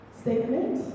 statement